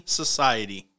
society